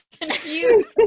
confused